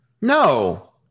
No